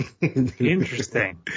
interesting